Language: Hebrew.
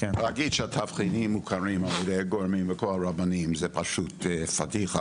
להגיד שהתבחינים מוכרים על ידי הגורמים וכל הרבנים זה פשוט פדיחה,